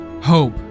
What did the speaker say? hope